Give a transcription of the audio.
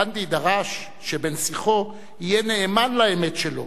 גנדי דרש שבן-שיחו יהיה נאמן לאמת שלו,